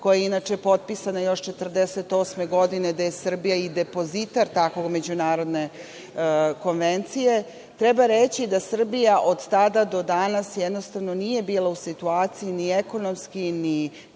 koja je inače potpisana još 1948. godine, gde je Srbija i depozitar takve međunarodne konvencije. Treba reći da Srbija od tada do danas nije bila u situaciji ni ekonomski ni